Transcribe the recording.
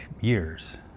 years